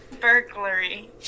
Burglary